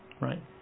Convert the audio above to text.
right